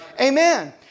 Amen